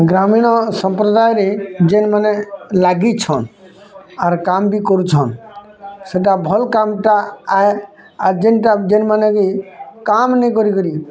ଗ୍ରାମୀଣ ସମ୍ପ୍ରଦାୟରେ ଯେନ୍ମାନେ ଲାଗିଛନ୍ ଆର୍ କାମ୍ ବି କରୁଛନ୍ ସେଟା ଭଲ୍ କାମ୍ଟା ଆଏ ଆର୍ ଜେନ୍ ଜେଣ୍ଟା ମାନେ ବି କାମ୍ ନେଇଁ କରି କରି